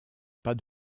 pas